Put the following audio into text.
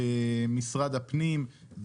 במשרד הפנים,